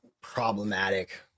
problematic